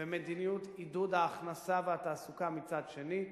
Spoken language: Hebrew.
ומדיניות עידוד ההכנסה והתעסוקה מצד שני,